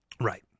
right